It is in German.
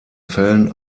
fällen